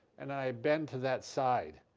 and i bend to that side,